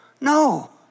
No